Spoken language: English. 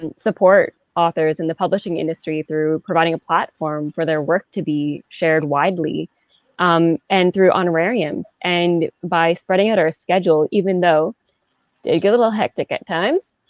and support authors and the publishing industry through providing a platform for their work to be shared widely um and through honrarians and by spreading out our schedules even though it did get a little hectic at times.